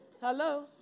Hello